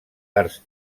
arts